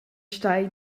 stai